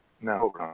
No